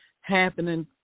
happening